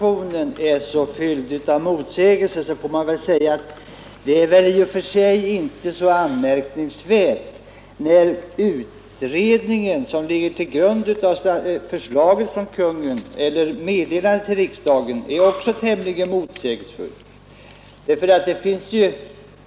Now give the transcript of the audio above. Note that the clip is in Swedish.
Herr talman! När statsrådet säger att reservationen är så fylld av motsägelser så är väl detta förhållande i och för sig inte så anmärkningsvärt. Meddelandet till riksdagen är också tämligen motsägelsefullt.